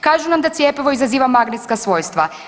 Kažu nam da cjepivo izaziva magnetska svojstva.